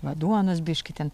va duonos biškį ten